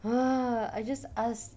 !huh! I just ask